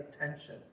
attention